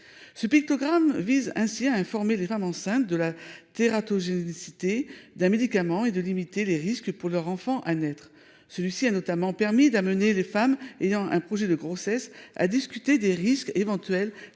Ce pictogramme vise ainsi à informer les femmes enceintes de la tératogène une cité d'un médicament et de limiter les risques pour leur enfant à naître. Celui-ci a notamment permis d'amener les femmes et dans un projet de grossesse à discuter des risques éventuels